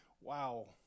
Wow